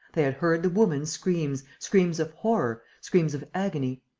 they had heard the woman's screams, screams of horror, screams of agony.